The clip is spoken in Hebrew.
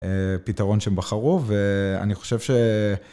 פתרון שבחרו, ואני חושב ש...